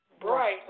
Bright